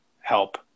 help